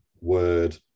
Word